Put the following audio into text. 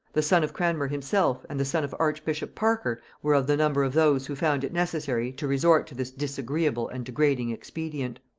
the son of cranmer himself, and the son of archbishop parker, were of the number of those who found it necessary to resort to this disagreeable and degrading expedient.